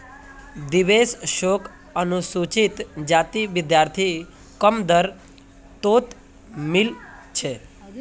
देवेश शोक अनुसूचित जाति विद्यार्थी कम दर तोत मील छे